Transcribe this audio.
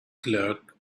clerk